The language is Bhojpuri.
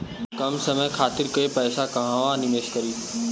कम समय खातिर के पैसा कहवा निवेश करि?